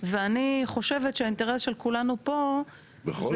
ואני חושבת שהאינטרס של כולנו פה זה